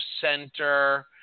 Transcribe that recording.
center